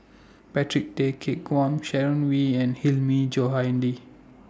Patrick Tay Teck Guan Sharon Wee and Hilmi Johandi